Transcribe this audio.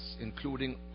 including